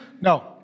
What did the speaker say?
No